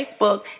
facebook